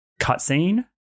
cutscene